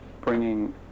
bringing